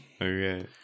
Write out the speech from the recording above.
okay